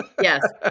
Yes